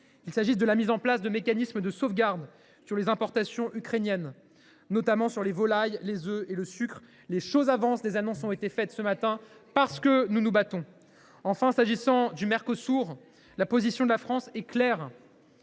qui concerne la mise en place de mécanismes de sauvegarde vis à vis des importations ukrainiennes, notamment sur les volailles, les œufs et le sucre, les choses avancent. Des annonces ont été faites ce matin. Nous nous battons ! Enfin, quant à l’accord avec le Mercosur, la position de la France est claire